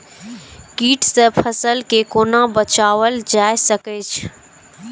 कीट से फसल के कोना बचावल जाय सकैछ?